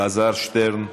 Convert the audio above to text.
אלעזר שטרן,